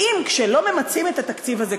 האם כשלא ממצים את התקציב הזה,